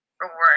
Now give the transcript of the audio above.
reward